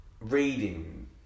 reading